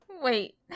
Wait